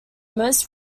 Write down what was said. most